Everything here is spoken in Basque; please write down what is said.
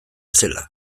zela